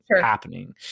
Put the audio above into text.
happening